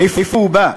מאיפה הוא בא?